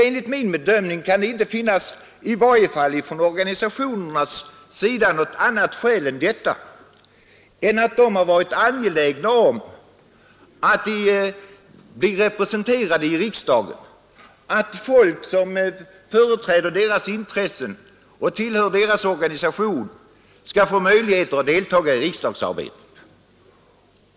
Enligt min bedömning kan det inte — i varje fall från organisationernas sida — finnas annat skäl än att organisationerna har varit angelägna om att bli representerade i riksdagen, att folk som företräder deras intressen och tillhör deras organisation skall få möjligheter att delta i riksdagsarbetet.